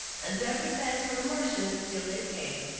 and where he passed for a merchant till they came.